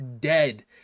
dead